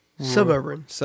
Suburban